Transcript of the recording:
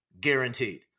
guaranteed